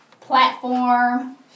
platform